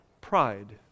pride